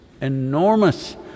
enormous